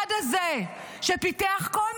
הצד שלא יכול לשאת את השינויים החברתיים בתוך ישראל,